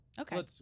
Okay